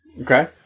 Okay